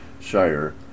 Shire